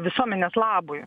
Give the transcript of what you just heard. visuomenės labui